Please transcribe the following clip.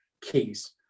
keys